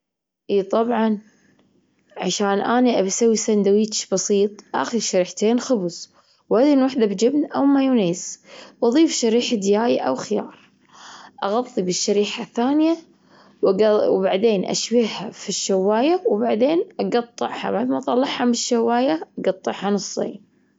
إي طبعًا، عشان أني أبي أسوي ساندويتش بسيط آخذ شريحتين خبز وأدهن واحدة بجبن أو مايونيز وأظيف شريحة دياي أو خيار. أغطي بالشريحة الثانية وأج- وبعدين أشويها في الشواية وبعدين أجطعها بعد ما أطلعها من الشواية، أجطعها نصين.